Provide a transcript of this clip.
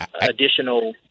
additional